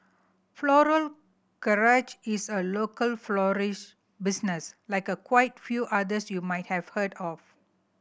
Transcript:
Floral Garage is a local florist business like a quite few others you might have heard of